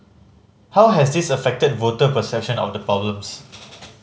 how has this affected voter perception of the problems